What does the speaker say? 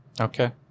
Okay